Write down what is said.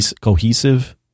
cohesive